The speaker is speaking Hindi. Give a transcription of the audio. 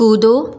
कूदो